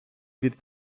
від